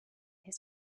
has